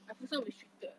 I feel so restricted